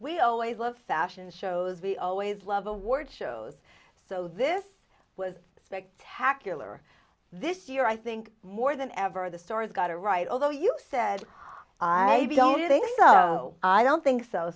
we always love fashion shows we always love award shows so this was spectacular this year i think more than ever the stores got it right although you said whoa i don't think oh i don't think so